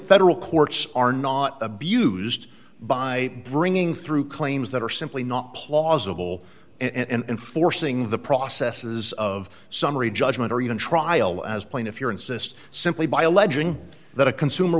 federal courts are not abused by bringing through claims that are simply not plausible and forcing the processes of summary judgment or even trial as plain if you're insists simply by alleging that a consumer